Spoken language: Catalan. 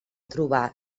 trobar